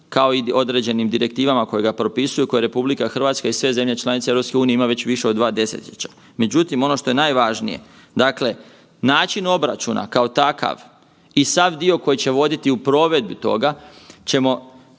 kao i određenim direktivama koji ga propisuju koje RH i sve zemlje članice EU imaju više od dva desetljeća. Međutim ono što je najvažnije, način obračuna kao takav i sav dio koji će voditi u provedbi toga ćemo